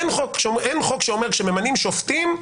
אין חוק שאומר שכאשר ממנים שופטים,